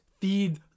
Feed